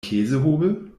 käsehobel